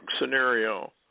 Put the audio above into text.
scenario